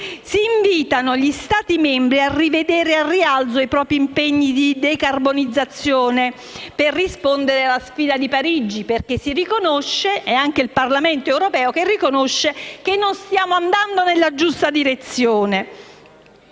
si invitano gli Stati membri a rivedere al rialzo i propri impegni di decarbonizzazione, per rispondere alla sfida di Parigi. È anche il Parlamento europeo, quindi, che riconosce che non stiamo andando nella giusta direzione.